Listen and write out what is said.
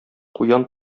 куян